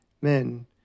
Men